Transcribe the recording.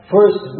First